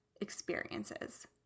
experiences